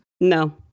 No